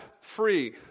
free